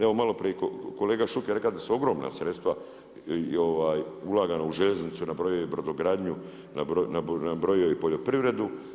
Evo malo prije je kolega Šuker rekao da su ogromna sredstva ulagana u željeznicu, nabrojao je i brodogradnju, nabrojio je i poljoprivredu.